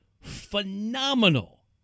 phenomenal